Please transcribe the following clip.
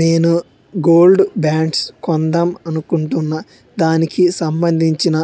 నేను gold bonds కొందాం అనుకుంటున్నా దానికి సంబందించిన